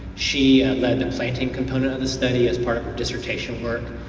she led the planting component of the study as part of her dissertation work.